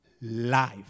life